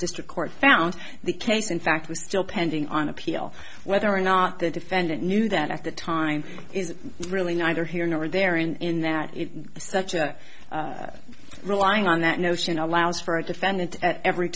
district court found the case in fact was still pending on appeal whether or not the defendant knew that at the time is really neither here nor there in that it was such a relying on that notion allows for a defendant at every